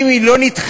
אם היא לא נדחית,